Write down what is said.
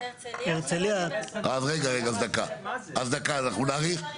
אז הרצליה רגע רגע זה דקה דקה אנחנו נאריך.